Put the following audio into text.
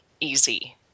easy